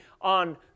on